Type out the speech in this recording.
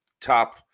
top